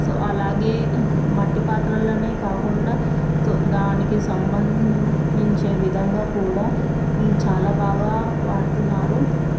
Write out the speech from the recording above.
so అలాగే మట్టి పాత్రల్లోనే కాకుండా సో దానికి సంబంధించే విధంగా కూడా చాలా బాగా వాడుతున్నారు